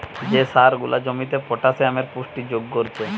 যে সার গুলা জমিতে পটাসিয়ামের পুষ্টি যোগ কোরছে